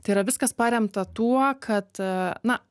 tai yra viskas paremta tuo kad na